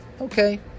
okay